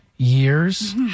Years